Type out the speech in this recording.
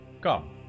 Come